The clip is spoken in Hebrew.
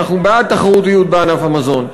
אנחנו בעד תחרותיות בענף המזון,